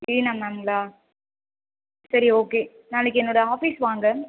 மீனா மேம்ங்களா சரி ஓகே நாளைக்கு என்னோடய ஆஃபீஸுக்கு வாங்க